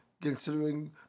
considering